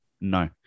No